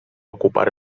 ocupar